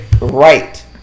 right